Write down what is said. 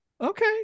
okay